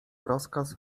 rozkaz